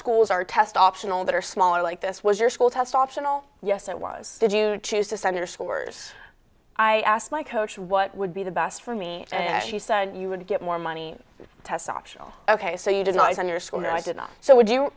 schools are test optional that are smaller like this was your school test optional yes it was did you choose to sen scores i asked my coach what would be the best for me and she said you would get more money test optional ok so you did not use on your school no i did not so would you